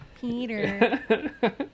Peter